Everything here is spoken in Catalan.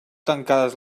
tancades